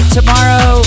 tomorrow